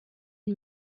une